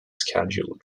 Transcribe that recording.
scheduled